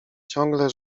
ciągle